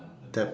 step